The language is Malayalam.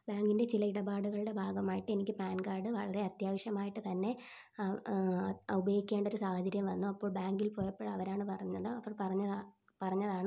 ബാങ്കിൻ്റെ ചില ഇടപാടുകളുടെ ഭാഗമായിട്ടെനിക്ക് പാൻ കാഡ് വളരെ അത്യാവശ്യമായിട്ട് തന്നെ ഉപയോഗിക്കേണ്ടയൊരു സാഹചര്യം വന്നു അപ്പോൾ ബാങ്കിൽ പോയപ്പോൾ അവരാണ് പറഞ്ഞത് അവർ പറഞ്ഞ പറഞ്ഞതാണ്